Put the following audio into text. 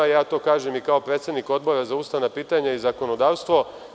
Ja to kažem i kao predsednik Odbora za ustavna pitanja i zakonodavstvo.